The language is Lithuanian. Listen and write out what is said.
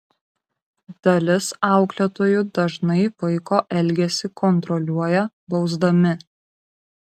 dalis auklėtojų dažnai vaiko elgesį kontroliuoja bausdami